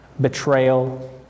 betrayal